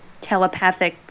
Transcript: telepathic